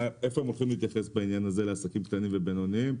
איפה הם יכולים להתייחס בעניין הזה לעסקים קטנים ובינוניים,